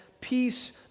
Peace